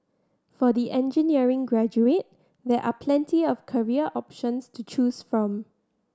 for the engineering graduate there are plenty of career options to choose from